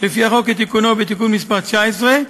לפי החוק כתיקונו בתיקון מס' 19,